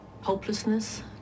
Hopelessness